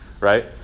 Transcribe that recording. Right